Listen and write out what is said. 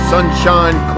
Sunshine